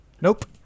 Nope